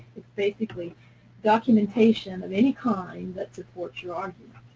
it's basically documentation of any kind that supports your argument.